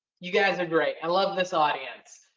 you guys are great. i love this audience.